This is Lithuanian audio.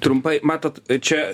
trumpai matot čia